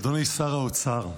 אדוני שר האוצר,